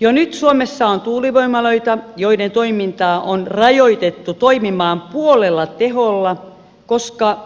jo nyt suomessa on tuulivoimaloita joiden toimintaa on rajoitettu toimimaan puolella teholla koska